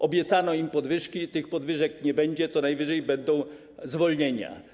Obiecano im podwyżki, tych podwyżek nie będzie, co najwyżej będą zwolnienia.